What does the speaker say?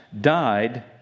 died